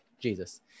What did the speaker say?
Jesus